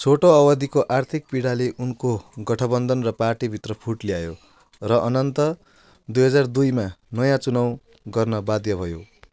छोटो अवधिको आर्थिक पीडाले उनको गठबन्धन र पार्टीभित्र फुट ल्यायो र अनन्त दुई हजार दुईमा नयाँ चुनाउ गर्न बाध्य भयो